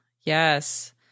Yes